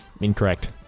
Incorrect